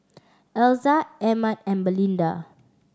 Elza Emett and Belinda